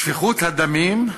שפיכות הדמים,